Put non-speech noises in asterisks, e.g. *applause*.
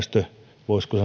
voisiko *unintelligible*